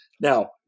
Now